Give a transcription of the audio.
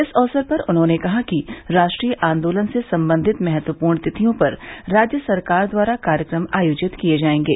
इस अवसर पर उन्होंने कहा कि राष्ट्रीय आन्दोलन से संबंधित महत्वपूर्ण तिथियों पर राज्य सरकार द्वारा कार्यक्रम आयोजित किये जायेंगे